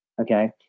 okay